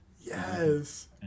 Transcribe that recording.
yes